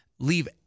Leave